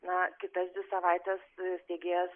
na kitas dvi savaites steigėjas